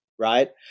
right